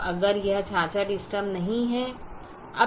तो अगर यह 66 इष्टतम नहीं है